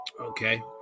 Okay